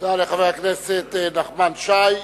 תודה לחבר הכנסת נחמן שי.